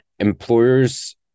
employers